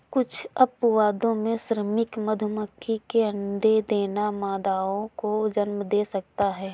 कुछ अपवादों में, श्रमिक मधुमक्खी के अंडे देना मादाओं को जन्म दे सकता है